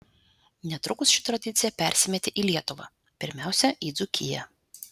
netrukus ši tradicija persimetė į lietuvą pirmiausia į dzūkiją